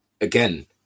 again